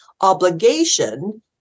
obligation